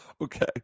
Okay